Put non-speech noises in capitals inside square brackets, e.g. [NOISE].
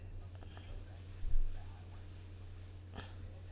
[BREATH]